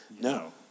No